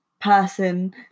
person